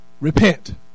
Repent